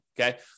okay